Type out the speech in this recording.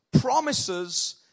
Promises